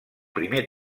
primer